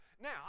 now